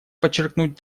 подчеркнуть